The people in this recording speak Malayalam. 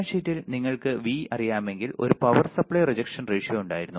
ഡാറ്റാഷീറ്റിൽ നിങ്ങൾക്ക് V അറിയാമെങ്കിൽ ഒരു പവർ സപ്ലൈ റിജക്ഷൻ റേഷ്യോ ഉണ്ടായിരുന്നു